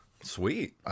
Sweet